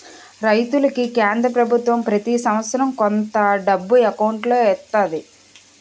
రైతులకి కేంద్ర పభుత్వం ప్రతి సంవత్సరం కొంత డబ్బు ఎకౌంటులో ఎత్తంది